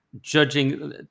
judging